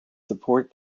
support